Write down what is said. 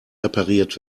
repariert